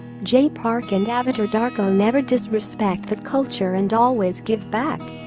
jay park and avatar darko never disrespect the culture and always give back.